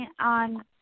on